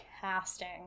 casting